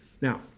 Now